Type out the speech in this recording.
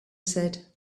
said